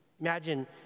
Imagine